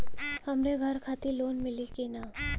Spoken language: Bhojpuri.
हमरे घर खातिर लोन मिली की ना?